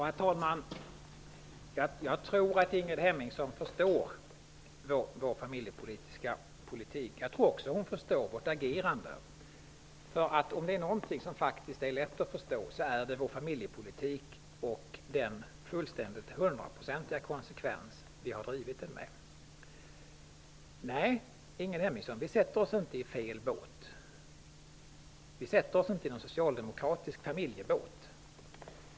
Herr talman! Jag tror att Ingrid Hemmingsson förstår vår familjepolitik. Jag tror också att hon förstår vårt agerande. Om det är någonting som faktiskt är lätt att förstå är det vår familjepolitik och den fullständigt 100-procentiga konsekvens vi har drivit den med. Nej, Ingrid Hemmingsson, vi sätter oss inte i fel båt. Vi sätter oss inte i någon socialdemokratisk familjebåt.